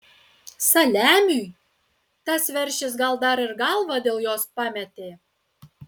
saliamiui tas veršis gal dar ir galvą dėl jos pametė